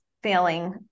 Failing